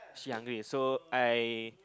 she younger so I